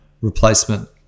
replacement